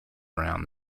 around